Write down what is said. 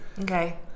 Okay